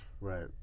Right